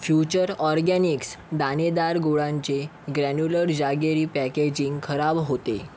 future organics दाणेदार गुळांचे granular jaggery packaging खराब होते